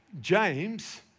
James